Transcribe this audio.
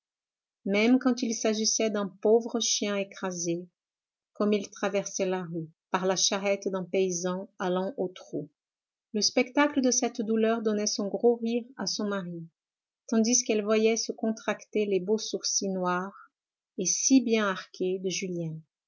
même quand il s'agissait d'un pauvre chien écrasé comme il traversait la rue par la charrette d'un paysan allant au trot le spectacle de cette douleur donnait son gros rire à son mari tandis qu'elle voyait se contracter les beaux sourcils noirs et si bien arqués de julien